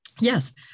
Yes